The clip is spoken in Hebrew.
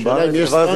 השאלה, אם יש סנקציות.